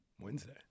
Wednesday